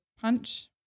punch